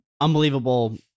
unbelievable